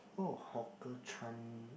oh hawker Chan